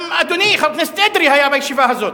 גם אדוני חבר הכנסת אדרי היה בישיבה הזאת,